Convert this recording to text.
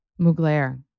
Mugler